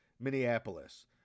Minneapolis